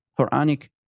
Quranic